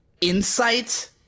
insight